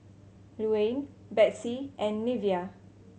Luann Betsey and Neveah